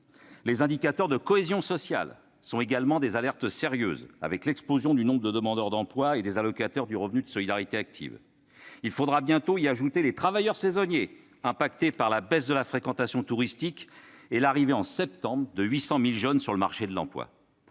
Les indicateurs de cohésion sociale sont également des alertes sérieuses puisqu'ils montrent que le nombre de demandeurs d'emploi et des allocataires du revenu de solidarité active explose. Il faudra bientôt y ajouter les travailleurs saisonniers, affectés par la baisse de la fréquentation touristique, et l'arrivée au mois de septembre de 800 000 jeunes sur le marché de l'emploi.